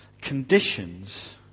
conditions